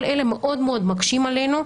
כל אלה מאוד מקשים עלינו,